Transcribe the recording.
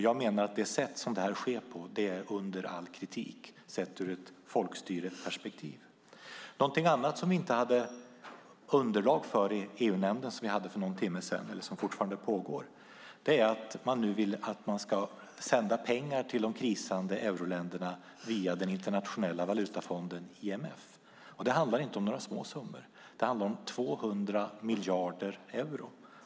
Jag menar att det sätt som det sker på är under all kritik sett ur ett folkstyreperspektiv. Något annat som vi inte hade underlag för i EU-nämnden för någon timme sedan var att man nu vill att man ska sända pengar till de krisande euroländerna via den internationella valutafonden IMF. Det handlar inte om några små summor. Det handlar om 200 miljarder euro.